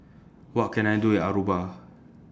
What Can I Do in Aruba